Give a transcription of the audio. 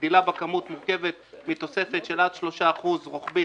הגדילה בכמות מורכבת מתוספת של עד 3% רוחבית